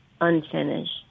unfinished